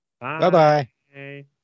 Bye-bye